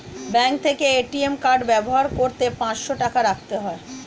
bank থেকে ATM card ব্যবহার করতে পাঁচশো টাকা রাখতে হয়